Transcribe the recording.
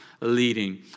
leading